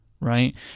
right